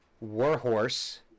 Warhorse